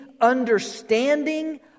understanding